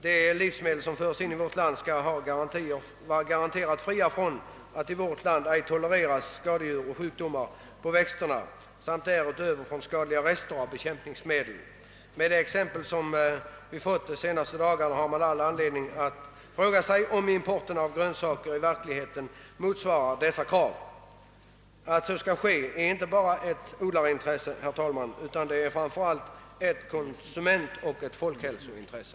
De livsmedel som förs in i vårt land skall vara garanterat fria från hos oss ej tolererade skadedjur och sjukdomar på växterna samt från skadliga rester av bekämpningsmedel. Efter vad som hänt de senaste dagarna har man all anledning att fråga sig, om importen av grönsaker i verkligheten sker i enlighet med bestämmelserna. Att kontrollen upprätthålles är inte bara ett odlarintresse, utan det är framför allt ett konsumentoch folkhälsointresse.